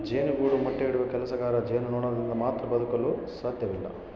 ಜೇನುಗೂಡು ಮೊಟ್ಟೆ ಇಡುವ ಕೆಲಸಗಾರ ಜೇನುನೊಣದಿಂದ ಮಾತ್ರ ಬದುಕಲು ಸಾಧ್ಯವಿಲ್ಲ